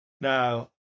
now